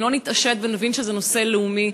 אם לא נתעשת ונבין שזה נושא לאומי,